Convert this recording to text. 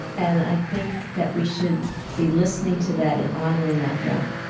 and i think that we should be listening to that and honoring that more